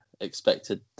Expected